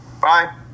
Bye